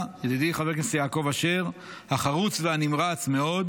ידידי חבר הכנסת אשר החרוץ והנמרץ מאוד,